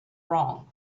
wrong